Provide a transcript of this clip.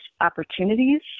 opportunities